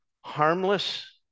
harmless